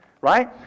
right